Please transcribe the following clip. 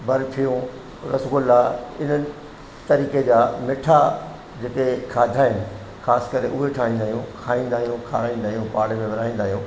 बर्फियूं रसगुल्ला इन्हनि तरीक़े जा मिठा जेके खाधा आहिनि ख़ासिकरे उहे ठाहींदा आहियूं खाईंदा आहियूं खाराईंदा आहियूं पाड़े में विरिहाईंदा आहियूं